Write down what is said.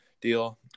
deal